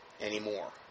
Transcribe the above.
anymore